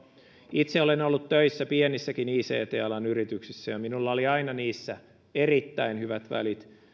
itse olen ollut töissä pienissäkin ict alan yrityksissä ja minulla oli aina niissä erittäin hyvät välit